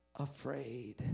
afraid